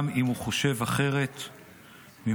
גם אם הוא חושב אחרת ממני.